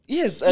Yes